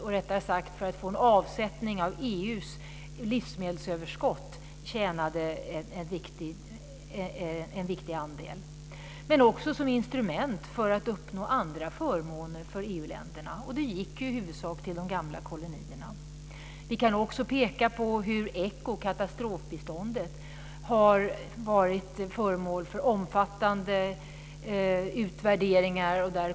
En viktig del var att få en avsättning för EU:s livsmedelsöverskott. Men biståndet användes också som ett instrument för att uppnå andra förmåner för EU-länderna, och det gick i huvudsak till de gamla kolonierna. Vi kan också peka på hur ECHO, katastrofbiståndet, har varit föremål för omfattande utvärderingar.